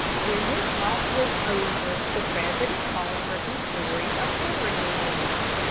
when this talk was over, the president called for some stories of foreign animals.